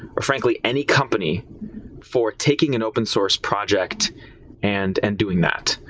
or frankly any company for taking an open source project and and doing that.